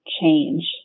change